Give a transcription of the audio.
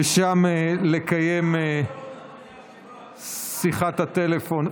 ושם לקיים שיחת טלפון.